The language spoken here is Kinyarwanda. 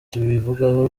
tubivugaho